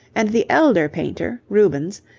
and the elder painter, rubens,